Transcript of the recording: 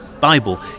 Bible